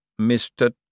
Mr